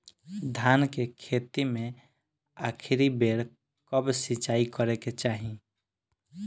धान के खेती मे आखिरी बेर कब सिचाई करे के चाही?